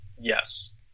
yes